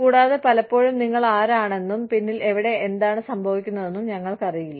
കൂടാതെ പലപ്പോഴും നിങ്ങൾ ആരാണെന്നും പിന്നിൽ എവിടെ എന്താണ് സംഭവിക്കുന്നതെന്നും ഞങ്ങൾക്കറിയില്ല